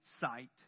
sight